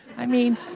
i mean,